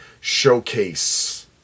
showcase